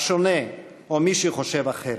השונה או מי שחושב אחרת.